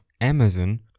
Amazon